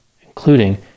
including